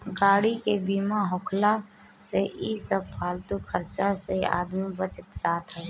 गाड़ी के बीमा होखला से इ सब फालतू खर्चा से आदमी बच जात हअ